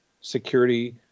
security